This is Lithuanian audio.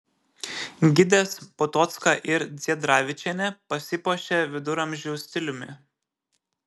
gidės potocka ir dziedravičienė pasipuošė viduramžių stiliumi